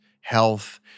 health